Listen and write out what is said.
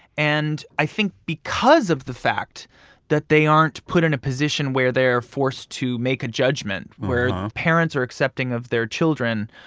and i think because of the fact that they aren't put in a position where they're forced to make a judgment, where parents are accepting of their children,